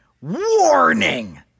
Warning